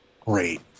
Great